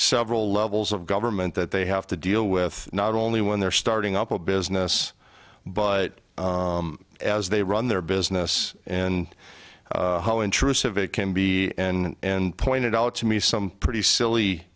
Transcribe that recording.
several levels of government that they have to deal with not only when they're starting up a business but as they run their business and how intrusive it can be and pointed out to me some pretty